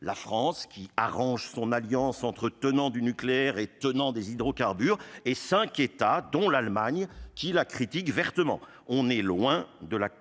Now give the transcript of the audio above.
la France, qui arrange son alliance entre tenants du nucléaire et tenants des hydrocarbures, et cinq États, dont l'Allemagne, qui la critiquent vertement. On est loin de la cohésion